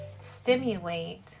stimulate